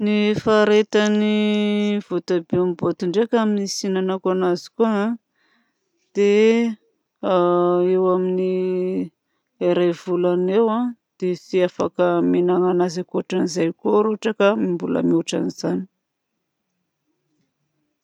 Ny faharetan'ny voatabia amin'ny boaty ndraika amin'ny tsy ihinanako anazy koa dia eo amin'ny iray volana eo dia tsy afaka mihinana anazy ankoatran'izay koa aho raha ohatra ka mbola mihoatra an'izany.